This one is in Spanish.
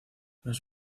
los